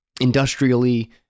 industrially